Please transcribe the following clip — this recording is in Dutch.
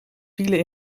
vielen